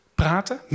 praten